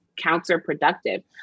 counterproductive